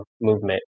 movement